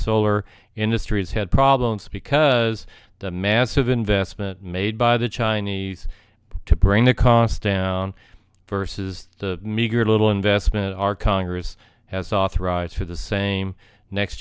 solar industry has had problems because a massive investment made by the chinese to bring the cost down versus the meager little investment our congress has authorized for the same next